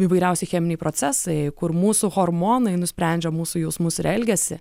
įvairiausi cheminiai procesai kur mūsų hormonai nusprendžia mūsų jausmus ir elgesį